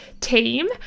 team